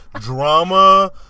drama